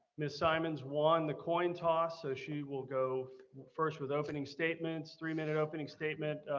miss simonds won the coin toss so she will go first with opening statements, three-minute opening statement.